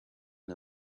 and